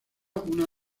una